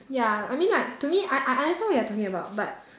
ya I mean like to me I I understand what you're talking about but